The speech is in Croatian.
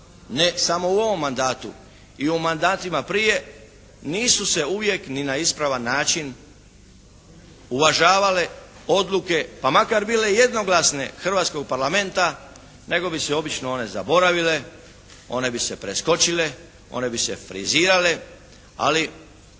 ne samo u ovom mandatu i u mandatima prije nisu se uvijek ni na ispravan način uvažavale odluke pa makar bile jednoglasne hrvatskog parlamenta nego bi se obično one zaboravile, one bi se preskočile, one bi se frizirale. Ali